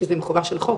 כי זה חובה של חוק,